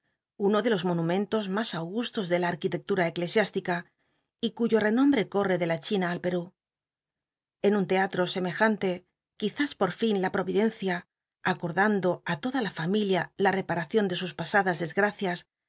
uno de los nwnhmcnlos mai augu to dr la al uitcclun cclesi btica y cuyo renombre co rre de la china al l'ett't l n un teatro semejante quiz is por fin la pro idcnci t acordando i toda la familia la reparación de lió asadas desgracias